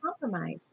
compromise